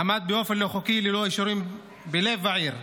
עמד באופן לא חוקי ללא אישורים בלב העיר.